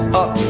up